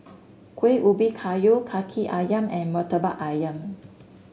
Kuih Ubi Kayu kaki ayam and murtabak ayam